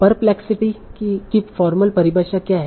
perplexity की formal परिभाषा क्या है